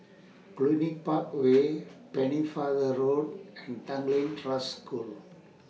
Cluny Park Way Pennefather Road and Tanglin Trust School